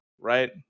right